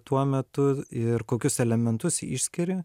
tuo metu ir kokius elementus išskiri